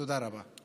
תודה רבה.